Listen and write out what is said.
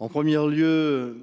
En première lieu.